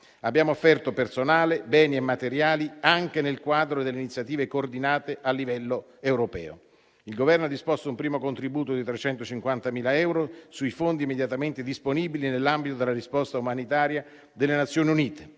Abbiamo offerto personale, beni e materiali anche nel quadro delle iniziative coordinate a livello europeo. Il Governo ha disposto un primo contributo di 350.000 euro sui fondi immediatamente disponibili nell'ambito della risposta umanitaria delle Nazioni Unite.